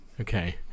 Okay